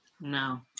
No